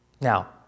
Now